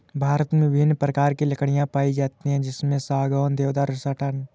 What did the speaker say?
भारत में विभिन्न प्रकार की लकड़ी पाई जाती है जैसे सागौन, देवदार, साटन